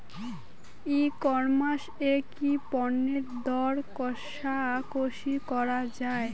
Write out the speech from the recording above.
ই commerce এ কি পণ্যের দর কশাকশি করা য়ায়?